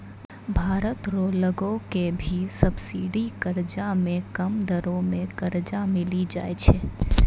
भारत रो लगो के भी सब्सिडी कर्जा मे कम दरो मे कर्जा मिली जाय छै